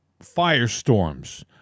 firestorms